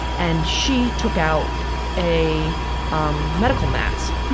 and she took out a um medical mask.